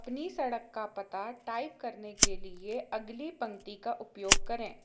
अपनी सड़क का पता टाइप करने के लिए अगली पंक्ति का उपयोग करें